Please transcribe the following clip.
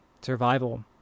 survival